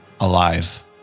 alive